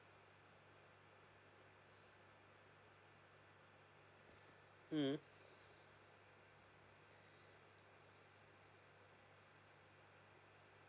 mm